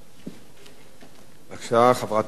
בבקשה, חברת הכנסת אורלי לוי אבקסיס,